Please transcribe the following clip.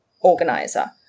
organizer